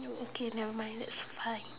okay never mind that's fine